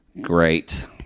Great